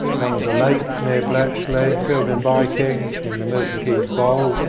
one of the lakes near bletchley, children biking in the milton keynes bowl,